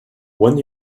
when